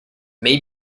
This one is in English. may